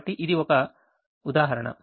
కాబట్టి ఇది ఒక ఉదాహరణ